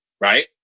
Right